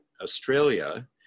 Australia